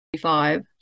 five